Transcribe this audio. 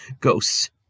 ghosts